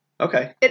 Okay